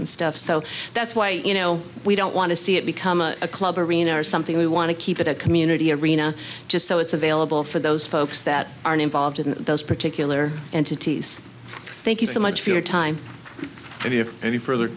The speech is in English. and stuff so that's why you know we don't want to see it become a club or arena or something we want to keep it a community arena just so it's available for those folks that aren't involved in those particular and tities thank you so much for your time